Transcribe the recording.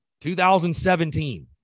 2017